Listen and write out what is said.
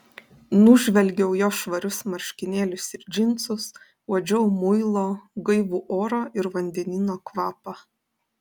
nužvelgiau jo švarius marškinėlius ir džinsus uodžiau muilo gaivų oro ir vandenyno kvapą